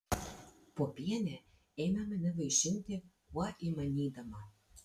popienė ėmė mane vaišinti kuo įmanydama